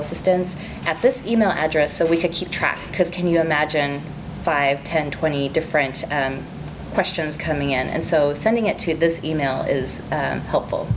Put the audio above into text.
assistance at this email address so we could keep track because can you imagine five ten twenty different questions coming in and so sending it to this email is helpful